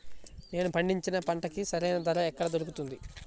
నేను పండించిన పంటకి సరైన ధర ఎక్కడ దొరుకుతుంది?